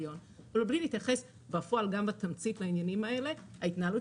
אבל מבלי להתייחס בפועל גם בתמצית לעניינים האלה ההתנהלות